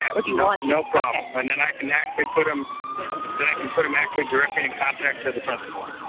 yeah or do you want no problem. okay. and then i can actually put them then i can put them actually directly in contact to the principal.